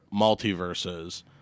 multiverses